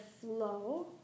flow